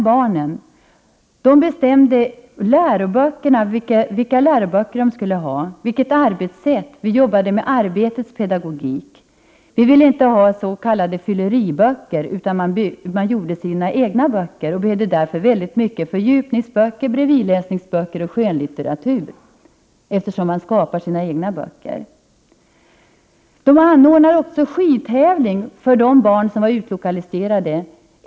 Barnen bestämde både arbetssätt och vilka läroböcker de skulle ha. Vi jobbade med arbetets pedagogik. Vi ville inte ha ”fylleriböcker”, utan barnen gjorde i stor utsträckning sina egna böcker och behövde därför mycket fördjupningsböcker, bredvidläsningsböcker och skönlitteratur. De anordnade också en skidtävling för de barn i ettan och tvåan som var utlokaliserade.